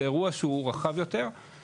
זה אירוע שהוא רחב יותר,